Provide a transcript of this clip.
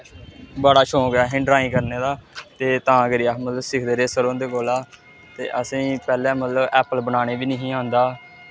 बड़ा शौक ऐ असेंगी ड्राईंग करने दा ते तां करियै अस मतलब सिखदे रेह् सर हुंदे कोला ते असेंगी पैह्लें मतलब ऐप्पल बनाने बी नेईं ही औंदा